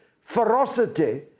ferocity